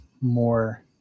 more